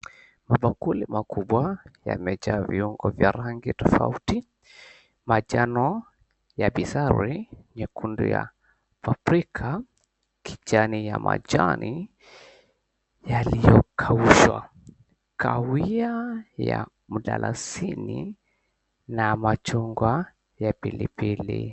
Mabakuli makubwa yamejaa viungo vya rangi tofauti. Majano ya bizari nyekundu ya paprika, kijani ya majani yaliyokaushwa, kahawia ya mdalasini na machungwa ya pilipili.